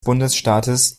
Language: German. bundesstaates